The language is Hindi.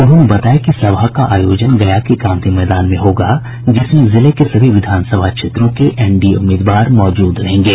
उन्होंने बताया कि सभा का आयोजन गया के गांधी मैदान में होगा जिसमें जिले के सभी विधानसभा क्षेत्रों के एनडीए उम्मीदवार मौजूद रहेंगे